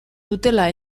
dutela